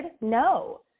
No